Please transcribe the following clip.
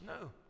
no